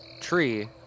tree